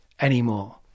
anymore